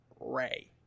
Ray